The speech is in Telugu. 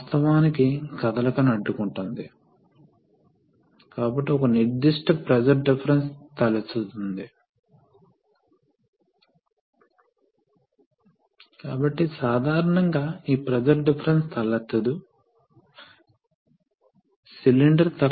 ఈ సందర్భంలో మనము ఒక సోలనోయిడ్ కలిగి ఉన్నాము ఇది హైడ్రాలిక్ పైలట్ను ఆపరేట్ చేస్తోంది ఇది మళ్ళీ ఈ పెద్ద డైరెక్షనల్ వాల్వ్ను ఆపరేట్ చేస్తుంది